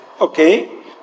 okay